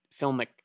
filmic